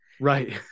right